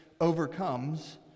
overcomes